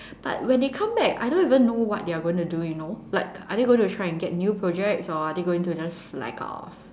but when they come back I don't even know what they're going to do you know like are they going to try to get new projects or are they going to just slack off